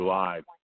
live